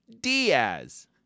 Diaz